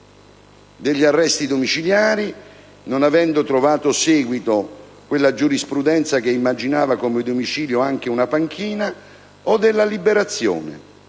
degli arresti domiciliari (non avendo trovato seguito quella giurisprudenza che immaginava come domicilio anche una panchina), o della liberazione